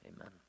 Amen